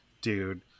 dude